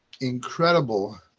incredible